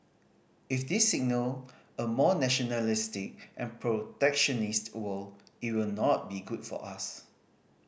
if this signal a more nationalistic and protectionist world it will not be good for us